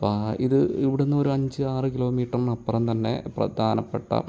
ഇത് ഇവിടുന്ന് ഒരു അഞ്ച് ആറ് കിലോമീറ്ററിന് അപ്പുറം തന്നെ പ്രധാനപെട്ട